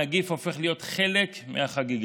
הנגיף הופך להיות חלק מהחגיגה.